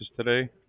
today